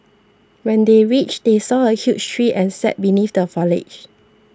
when they reached they saw a huge tree and sat beneath the foliage